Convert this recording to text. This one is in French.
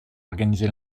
organiser